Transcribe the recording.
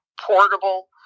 portable